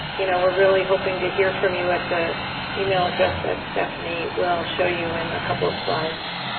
you know we're really hoping to hear from you at the email address that stephanie will show you in a couple of slides.